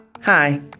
Hi